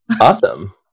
Awesome